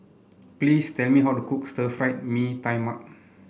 please tell me how to cook Stir Fried Mee Tai Mak